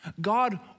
God